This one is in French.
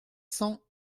cents